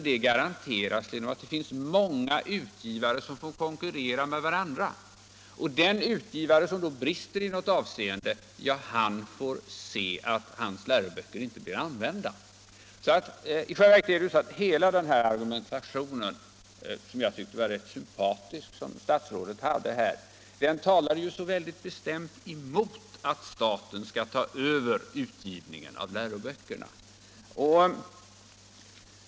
Det garanteras genom att det finns många utgivare som får konkurrera med varandra. Den utgivare som då brister i något avseende får se att hans läroböcker inte blir använda. I själva verket talade statsrådets hela argumentation, som jag tyckte var rätt sympatisk, väldigt bestämt emot att staten skall ta över utgivningen av läroböckerna.